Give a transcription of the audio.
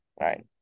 Right